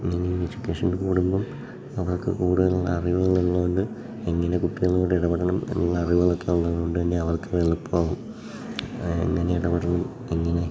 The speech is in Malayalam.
ഇങ്ങനെ എഡ്യൂക്കേഷൻ കൂടുമ്പം അവർക്ക് കൂടുതലുള്ള അറിവുകൾ ഉള്ളത് കൊണ്ട് എങ്ങനെ കുട്ടികളോട് ഇടപെടണം എന്നുള്ള അറിവുകൾ ഒക്കെ ഉള്ളതു കൊണ്ട് തന്നെ അവർക്ക് എളുപ്പമാകും അങ്ങനെ ഇടപെടണം എങ്ങനെ